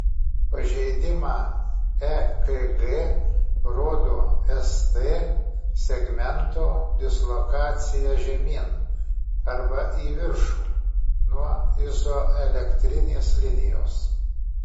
pažeidimą ekg rodo st segmento dislokacija žemyn arba į viršų nuo izoelektrinės linijos